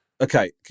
Okay